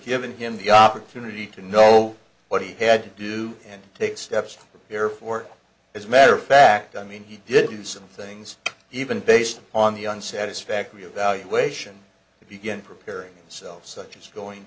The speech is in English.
given him the opportunity to know what he had to do and take steps to prepare for it as matter of fact i mean he did use some things even based on the un satisfactory evaluation begin preparing himself such as going